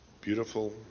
beautiful